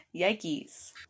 yikes